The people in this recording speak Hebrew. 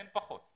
אין פחות.